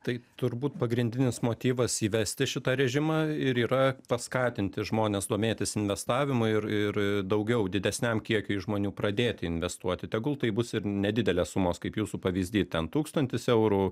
tai turbūt pagrindinis motyvas įvesti šitą režimą ir yra paskatinti žmones domėtis investavimu ir ir daugiau didesniam kiekiui žmonių pradėti investuoti tegul tai bus ir nedidelės sumos kaip jūsų pavyzdy ten tūkstantis eurų